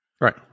Right